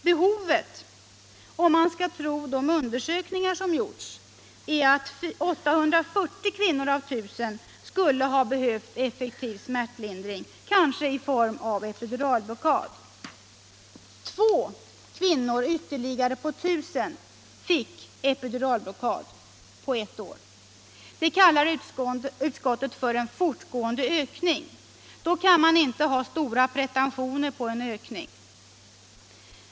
Behovet —- om man skall tro de undersökningar som gjorts — är att 840 kvinnor av 1 000 skulle ha behövt effektiv smärtlindring, kanske i form av epiduralblockad. Ytterligare 2 kvinnor på 1 000 fick epiduralblockaden på ett år. Det kallar utskottet för en fortgående ökning. Då kan man inte ha stora pretentioner på en ökning.